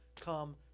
come